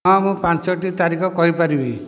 ହଁ ମୁଁ ପାଞ୍ଚୋଟି ତାରିଖ କହିପାରିବି